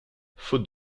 faute